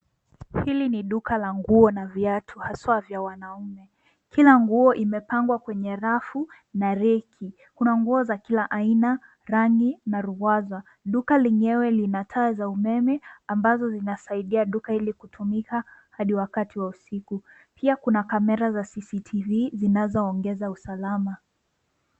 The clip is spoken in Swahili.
Hili ni duka la nguo na viatu haswa vya wanaume. Kila nguo imepangwa kwenye rafu na reki. Kuna nguo za kila aina, rangi na ruwaza. Duka lenyewe lina taa za umeme, ambazo zinasaidia duka ili kutumika hadi wakati wa usiku. Pia kuna kamera za CCTV zinazoongeza usalama.